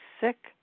sick